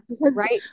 Right